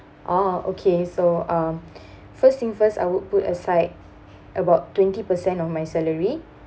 oh okay so um first thing first I would put aside about twenty percent of my salary